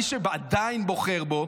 מי שעדיין בוחר בו,